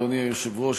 אדוני היושב-ראש,